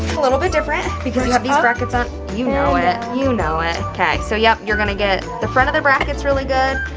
a little bit different you have these brackets on. you know it, you know it. okay, so yep, you're gonna get the front of the brackets really good,